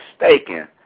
mistaken